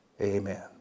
amen